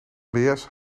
nmbs